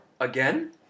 Again